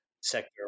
sector